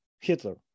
Hitler